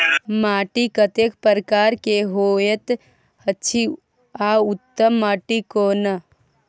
माटी कतेक प्रकार के होयत अछि आ उत्तम माटी कोन?